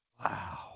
Wow